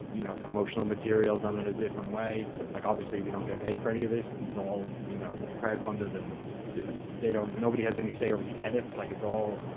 you know, promotional material done in a different way? like, obviously we don't get paid for any of this. this. this is all, you know, crowdfunded and they don't, nobody has any say over the edits. like it's all,